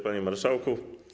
Panie Marszałku!